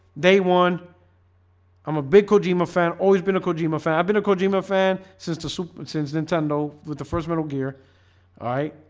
they won i'm a big kojima fan always been a kojima fan. i've been a kojima fan since the super since nintendo with the first metal gear alright,